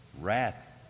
wrath